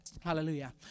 Hallelujah